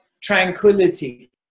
tranquility